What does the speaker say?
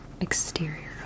exterior